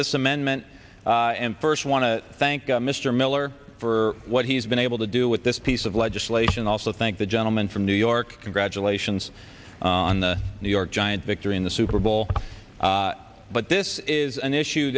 this amendment and first want to thank mr miller for what he's been able to do with this piece of legislation also thank the gentleman from new york congratulations on the new york giants victory in the super bowl but this is an issue